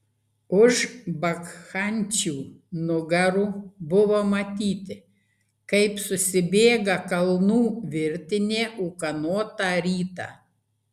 už bakchančių nugarų buvo matyti kaip susibėga kalnų virtinė ūkanotą rytą